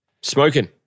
Smoking